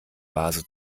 vase